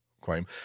claim